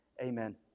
amen